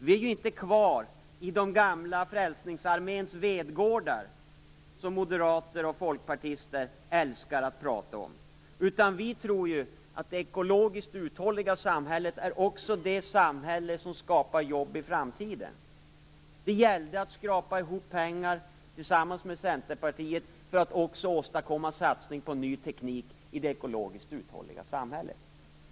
Vi är inte kvar i Frälsningsarméns gamla vedgårdar, som moderater och folkpartister älskar att prata om. Vi tror att det ekologiskt uthålliga samhället också är det samhälle som skapar jobb i framtiden. Det gällde att skrapa ihop pengar tillsammans med Centerpartiet för att också åstadkomma en satsning på ny teknik i det ekologiskt uthålliga samhället.